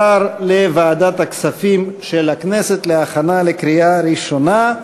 לוועדת הכספים של הכנסת להכנה לקריאה ראשונה.